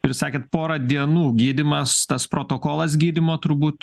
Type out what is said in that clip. ir sakėt porą dienų gydymas tas protokolas gydymo turbūt